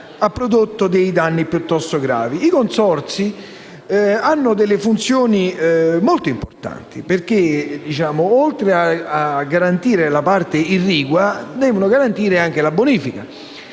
ha prodotto danni piuttosto gravi. I consorzi hanno delle funzioni molto importanti perché, oltre a garantire la parte irrigua, devono garantire anche la bonifica